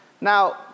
Now